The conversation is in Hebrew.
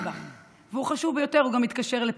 שהוא חשוב ביותר וגם מתקשר לפה,